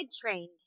trained